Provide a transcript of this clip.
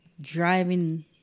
driving